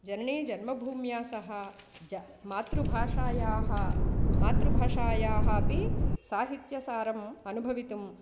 जननी जन्मभूम्या सह ज मातृभाषायाः मातृभाषायाः अपि साहित्यसारम् अनुभवितुम्